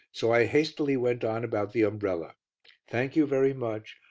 so i hastily went on about the umbrella thank you very much.